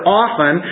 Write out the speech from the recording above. often